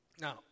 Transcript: Now